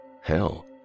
Hell